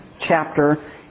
chapter